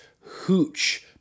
hooch